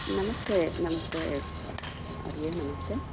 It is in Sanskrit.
नमस्ते नमस्ते आर्ये नमस्ते